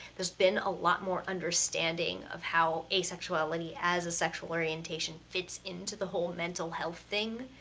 there's been a lot more understanding of how asexuality as a sexual orientation fits into the whole mental health thing.